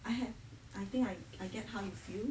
I have I think I I get how you feel